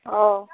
অ'